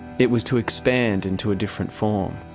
it was to expand into a different form.